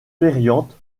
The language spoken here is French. périanthe